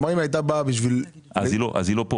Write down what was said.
כלומר אם הייתה באה בשביל -- אז היא לא פה,